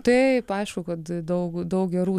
taip aišku kad daug daug gerų